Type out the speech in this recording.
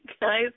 guys